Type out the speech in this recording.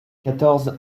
quatorze